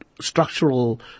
structural